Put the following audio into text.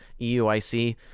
euic